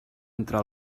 entre